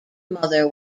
mother